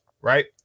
right